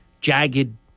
jagged